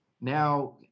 Now